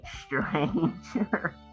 stranger